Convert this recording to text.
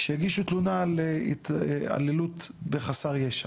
שהגישו תלונה על התעללות בחסר ישע?